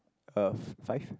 uh five